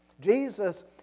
Jesus